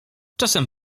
czasem